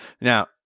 Now